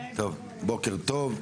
בוקר טוב,